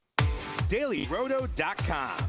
DailyRoto.com